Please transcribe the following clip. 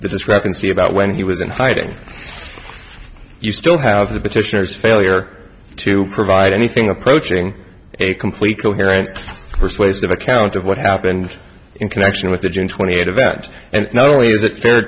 the discrepancy about when he was in hiding you still have the petitioners failure to provide anything approaching a complete coherent persuasive account of what happened in connection with the june twentieth event and not only is it fair